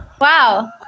Wow